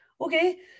okay